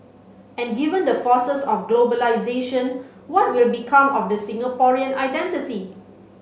and given the forces of globalisation what will become of the Singaporean identity